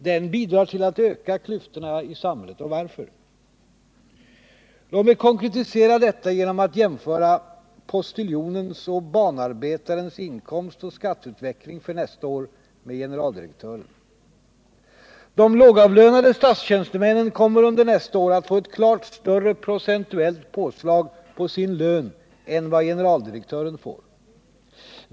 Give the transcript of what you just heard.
Den bidrar till att öka klyftorna i samhället. Och varför? Låt mig konkretisera detta genom att jämföra postiljonens och banarbetarens inkomstoch skatteutveckling för nästa år med generaldirektörens. De lågavlönade statstjänstemännen kommer att under nästa år få ett klart större procentuellt påslag på sin lön än generaldirektören får.